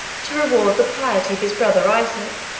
to reward the piety of his brother isaac,